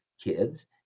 kids